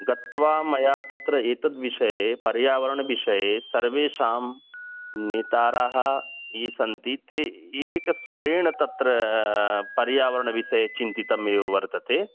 गत्वा मया तत्र एतद् विषये पर्यावरणविषये सर्वेषां नेतारः ये सन्ति ते एकस्वरेण तत्र पर्यावरणविषये चिन्तितमेव वर्तते